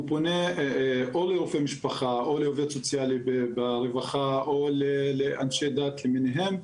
הוא פונה או לרופא משפחה או לעובד סוציאלי ברווחה או לאנשי דת למיניהם,